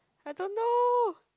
I don't know